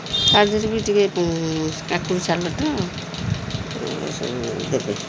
ତା' ଦେହରେ ବି ଟିକେ କାକୁଡ଼ି ସାଲାଡ଼ ସବୁ ଦେବେ